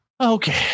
Okay